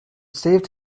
saved